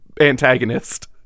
antagonist